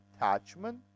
attachment